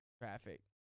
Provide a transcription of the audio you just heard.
traffic